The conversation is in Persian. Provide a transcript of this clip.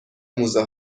موزه